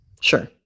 sure